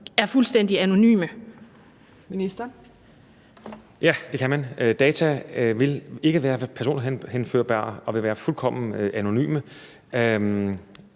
(Magnus Heunicke): Ja, det kan man. Data vil ikke være personhenførbare og vil være fuldkommen anonyme.